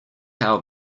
how